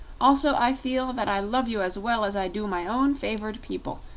also, i feel that i love you as well as i do my own favored people,